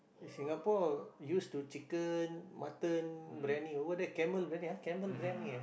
Singapore used to chicken mutton biryani over there camel biryani camel biryani ah